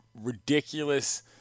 ridiculous